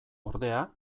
ordea